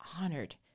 honored